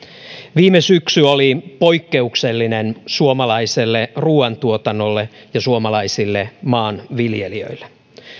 viime syksy oli poikkeuksellinen suomalaiselle ruuantuotannolle ja suomalaisille maanviljelijöille